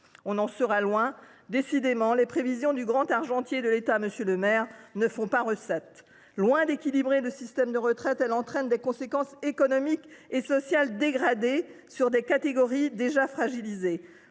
On en sera loin ! Décidément, les prévisions du grand argentier de l’État, M. Le Maire, ne font pas recette ! Loin d’équilibrer notre système de retraite, cette réforme a des conséquences économiques et sociales dégradées sur des catégories déjà fragilisées.